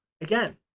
again